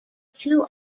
two